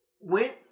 went –